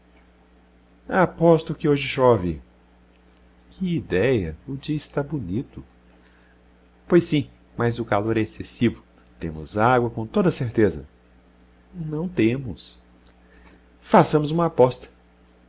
aposto que hoje chove que idéia o dia está bonito pois sim mas o calor é excessivo temos água com toda a certeza não temos façamos uma aposta